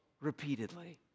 repeatedly